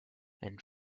and